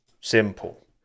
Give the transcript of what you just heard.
Simple